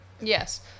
Yes